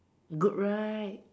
good right